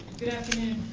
good afternoon,